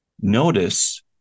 notice